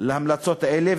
של ההמלצות האלה.